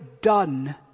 done